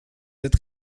êtes